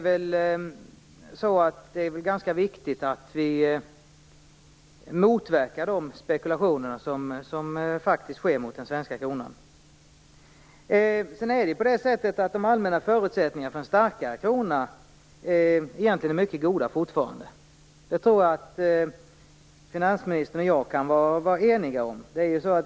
Visst är det väl viktigt att vi motverkar de spekulationer som faktiskt sker mot den svenska kronan? Egentligen är de allmänna förutsättningarna för en starkare krona fortfarande mycket goda; det tror jag att finansministern och jag kan vara eniga om.